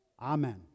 Amen